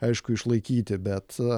aišku išlaikyti bet